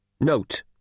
Note